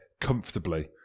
comfortably